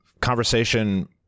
conversation